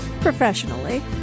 professionally